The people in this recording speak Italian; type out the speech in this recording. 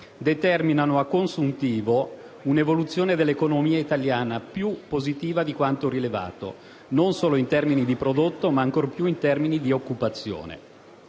determinano a consuntivo un'evoluzione dell'economia italiana più positiva di quanto rilevato non solo in termini di prodotto, ma ancor più in termini di occupazione: